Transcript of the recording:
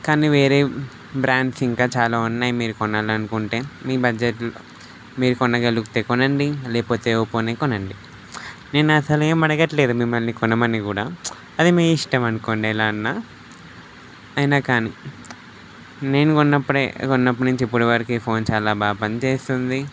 కానీ వేరే బ్రాండ్స్ ఇంకా చాలా ఉన్నాయి మీరు కొనాలనుకుంటే మీ బడ్జెట్లో మీరు కొనగలిగితే కొనండి లేకపోతే ఒప్పోనే కొనండి నేను అసలేం అడగట్లేదు మిమ్మల్ని కొనమని కూడా అది మీ ఇష్టం అనుకోండి ఎలా అన్నా అయినా కానీ నేను కొన్నప్పుడే కొన్నప్పుడు నుంచి ఇప్పటివరకు ఈ ఫోన్ చాలా బాగ పనిచేస్తుంది